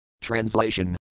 Translation